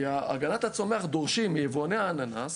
כי ברשות להגנת הצומח דורשים מיבואני האננס